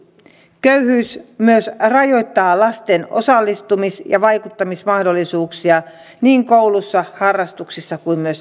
köyhyys myös rajoittaa lasten osallistumis ja vaikuttamismahdollisuuksia niin koulussa harrastuksissa kuin myös lähiympäristössä